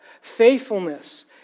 Faithfulness